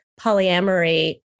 polyamory